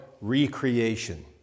recreation